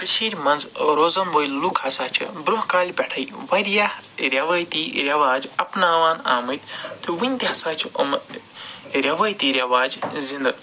کٔشیٖرِ منٛز روزَن وٲلۍ لُکھ ہَسا چھِ برٛونٛہہ کالہِ پٮ۪ٹھٕے وارِیاہ رٮ۪وٲتی رٮ۪واج اپناوان آمٕتۍ تہٕ وٕنۍ تہِ ہسا چھِ یِمہٕ رٮ۪وٲتی رٮ۪واج زِنٛدٕ